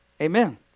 Amen